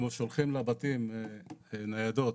הם שולחים לבתים ניידות